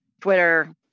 Twitter